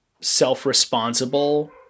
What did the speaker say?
self-responsible